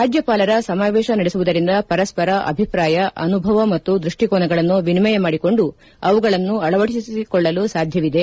ರಾಜ್ಯಪಾಲರ ಸಮಾವೇಶ ನಡೆಸುವುದರಿಂದ ಪರಸ್ಪರ ಅಭಿಪ್ರಾಯ ಅನುಭವ ಮತ್ತು ದ್ಲಷ್ಟಿಕೋನಗಳನ್ನು ವಿನಿಮಯ ಮಾಡಿಕೊಂಡು ಅವುಗಳನ್ನು ಅಳವಡಿಸಿಕೊಳ್ಳಲು ಸಾಧ್ಯವಿದೆ